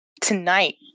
tonight